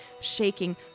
shaking